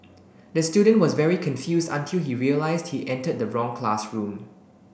the student was very confused until he realised he entered the wrong classroom